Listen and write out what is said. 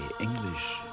English